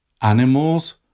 Animals